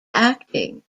acting